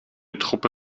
truppe